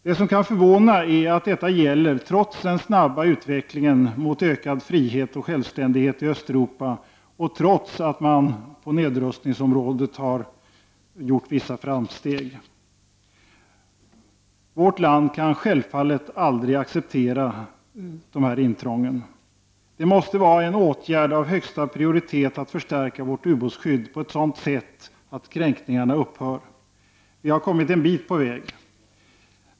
Det som kan förvåna är att detta gäller trots den snabba utvecklingen mot ökad frihet och självständighet i Östeuropa och trots att man på nedrustningsområdet har gjort vissa framsteg. Vårt land kan självfallet aldrig acceptera dessa intrång. Det måste vara en åtgärd av högsta prioritet att förstärka vårt ubåtsskydd på ett sådant sätt att kränkningarna upphör. Vi har kommit en bit på väg.